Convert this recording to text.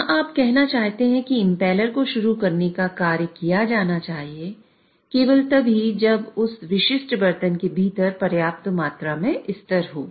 जहां आप यह कहना चाहते हैं कि इंपैलर को शुरू करने का कार्य किया जाना चाहिए केवल तभी जब उस विशिष्ट बर्तन के भीतर पर्याप्त मात्रा में स्तर हो